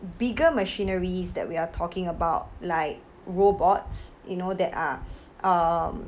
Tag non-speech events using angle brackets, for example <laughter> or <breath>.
bigger machineries that we are talking about like robots you know that ah <breath> um